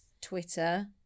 twitter